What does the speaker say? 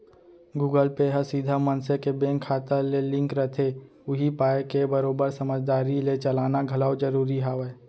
Google Pay ह सीधा मनसे के बेंक के खाता ले लिंक रथे उही पाय के बरोबर समझदारी ले चलाना घलौ जरूरी हावय